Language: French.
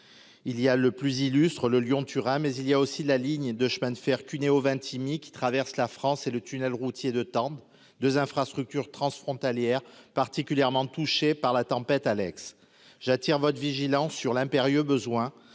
il y a le plus illustre le Lyon-Turin mais il y a aussi la ligne de chemin de fer Cuneo Vintimille qui traverse la France et le tunnel routier de Tende 2 infrastructures transfrontalières, particulièrement touchée par la tempête Alex, j'attire votre vigilance sur l'impérieux besoin